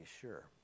sure